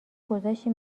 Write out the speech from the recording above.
گذاشتی